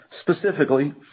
Specifically